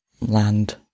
land